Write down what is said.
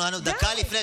די.